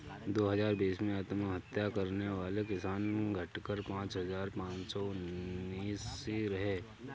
दो हजार बीस में आत्महत्या करने वाले किसान, घटकर पांच हजार पांच सौ उनासी रहे